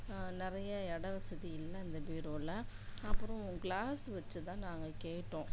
நிறைய இடம் வசதி இல்லை அந்த பீரோவில் அப்புறம் கிளாஸ் வச்சு தான் நாங்கள் கேட்டோம்